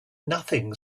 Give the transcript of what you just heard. nothing